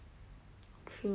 mm true true true